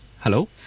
hello